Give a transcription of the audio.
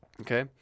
Okay